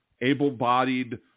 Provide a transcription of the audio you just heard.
able-bodied